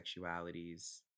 sexualities